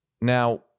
now